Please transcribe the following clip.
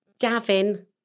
Gavin